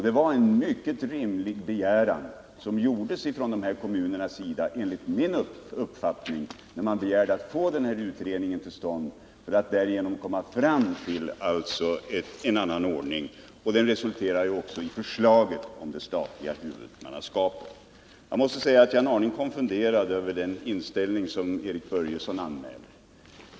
Det var enligt min uppfattning en mycket rimlig begäran när dessa båda kommuner önskade få denna utredning till stånd för att man därigenom skulle komma fram till en annan ordning än den hittillsvarande. Utredningen resulterade också i förslaget om det statliga huvudmannaskapet. Jag måste säga att jag är en aning konfunderad över den inställning som Erik Börjesson anmälde.